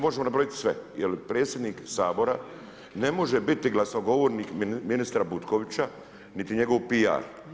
Možemo nabrojiti sve, jer predsjednik Sabora ne može biti glasnogovornik ministra Butkovića, niti njegov PR.